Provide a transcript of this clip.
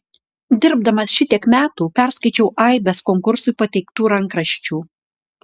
dirbdamas šitiek metų perskaičiau aibes konkursui pateiktų rankraščių